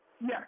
Yes